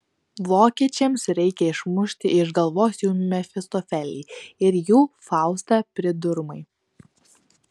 vokiečiams reikia išmušti iš galvos jų mefistofelį ir jų faustą pridurmai